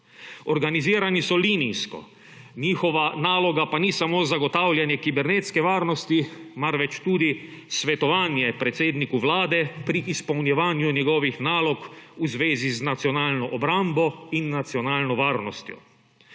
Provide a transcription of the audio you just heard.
Organizirani so linijsko, njihova naloga pa ni samo zagotavljanje kibernetske varnosti marveč tudi svetovanje predsedniku Vlade pri izpolnjevanju njegovih nalog v zvezi z nacionalno obrambo in nacionalno varnostjo.